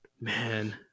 Man